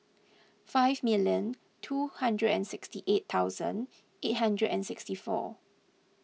five million two hundred and sixty eight thousand eight hundred and sixty four